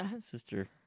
sister